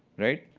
right?